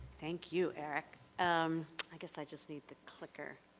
thank you, eric. um i guess i just need the clicker.